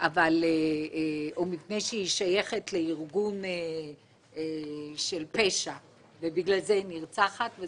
או שהיא נרצחת מפני שהיא שייכת לארגון פשע ולא מפני שהיא אישה.